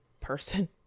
person